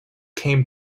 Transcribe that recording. came